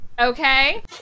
okay